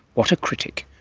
what a critic.